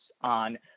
on